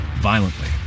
violently